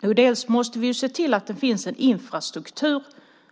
Jo, vi måste se till att det finns en infrastruktur